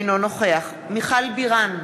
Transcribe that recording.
אינו נוכח מיכל בירן,